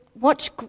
watch